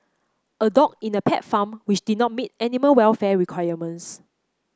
a dog in a pet farm which did not meet animal welfare requirements